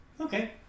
Okay